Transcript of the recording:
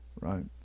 right